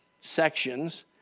sections